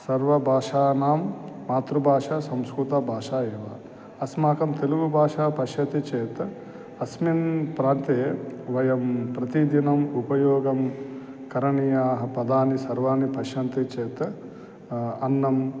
सर्वबाषाणां मातृभाषा संस्कृतभाषा एव अस्माकं तेलुगुभाषा पश्यति चेत् अस्मिन् प्रान्ते वयं प्रतिदिनम् उपयोगं करणीयानि पदानि सर्वाणि पश्यन्ति चेत् अन्नं